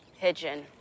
pigeon